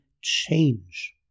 change